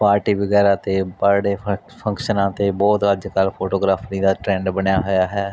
party ਵਗੈਰਾ 'ਤੇ birthday ਫੰਕ ਫੰਕਸ਼ਨਾਂ 'ਤੇ ਬਹੁਤ ਅੱਜ ਤੱਕ ਫੋਟੋਗ੍ਰਾਫਰੀ ਦਾ ਟਰੈਂਡ ਬਣਿਆ ਹੋਇਆ ਹੈ